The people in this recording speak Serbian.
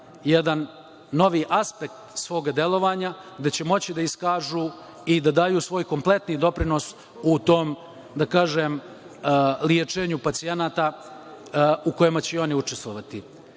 jedan novi aspekt svoga delovanja, gde će moći da iskažu i da daju svoj kompletni doprinos u tom, da kažem, lečenju pacijenata u kojima će i oni učestvovati. Moram